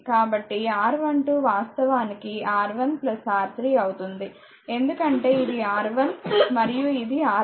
కాబట్టి R12 వాస్తవానికి R1 R 3 అవుతుంది ఎందుకంటే ఇది R1 మరియు ఇది R 3